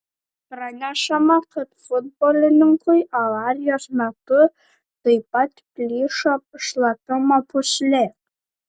pranešama kad futbolininkui avarijos metu taip pat plyšo šlapimo pūslė